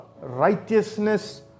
righteousness